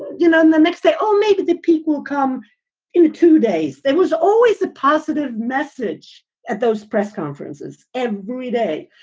you know, and the next day, oh, maybe the people come in two days. there was always a positive message at those press conferences every day.